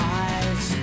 eyes